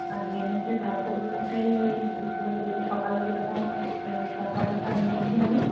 আর মেনুতে থাকবে বলতে ওই দুপুরে যে সকালে যেরকম ওই শশা টশা নিয়েছি আমি